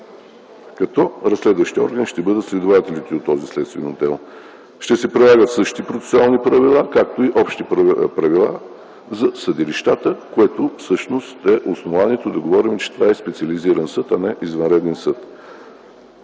като разследващи органи ще бъдат следователите от този следствен отдел. Ще се прилагат същите процесуални правила, както и общи правила за съдилищата, което всъщност е основанието да говорим, че това е специализиран съд, а не извънреден съд.